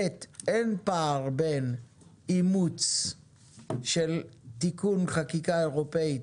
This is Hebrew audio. וכן שאין פער בין אימוץ של תיקון חקיקה אירופית